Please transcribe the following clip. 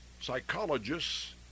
psychologists